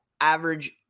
average